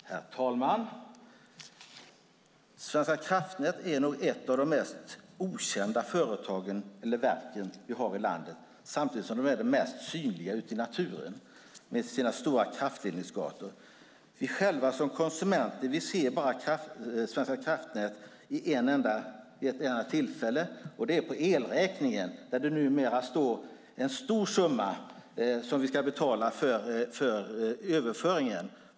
Herr talman! Svenska kraftnät är nog ett av de mest okända verk som vi har i landet, samtidigt som det är det mest synliga ute i naturen med sina stora kraftledningsgator. Vi själva som konsumenter ser bara Svenska kraftnät vid ett enda tillfälle, och det är på elräkningen där det numera står en stor summa som vi ska betala för överföringen.